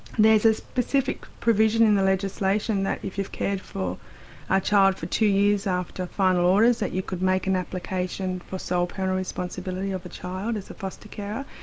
there's a specific provision in the legislation that if you've cared for a child for two years after final orders that you could make an application for sole parental responsibility of a child as a foster carer.